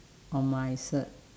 on my cert